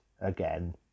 again